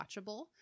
watchable